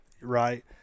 Right